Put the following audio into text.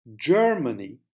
Germany